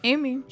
Amy